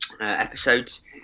episodes